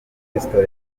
amafunguro